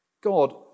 God